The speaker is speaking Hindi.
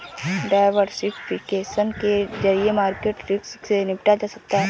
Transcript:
डायवर्सिफिकेशन के जरिए मार्केट रिस्क से निपटा जा सकता है